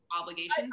Obligations